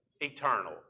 eternal